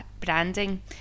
branding